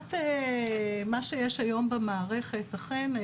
מבחינת מה שיש היום במערכת, אכן,